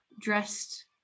dressed